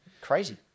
crazy